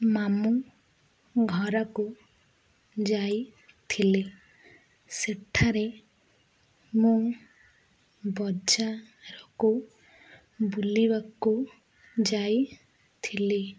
ମାମୁଁ ଘରକୁ ଯାଇଥିଲି ସେଠାରେ ମୁଁ ବଜାରକୁ ବୁଲିବାକୁ ଯାଇଥିଲି